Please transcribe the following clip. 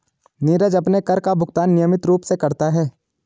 नीरज अपने कर का भुगतान नियमित रूप से करता है